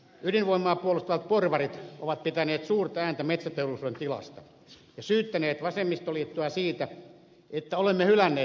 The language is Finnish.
ydinvoimaa puolustavat porvarit ovat pitäneet suurta ääntä metsäteollisuuden tilasta ja syyttäneet vasemmistoliittoa siitä että olemme hylänneet työläiset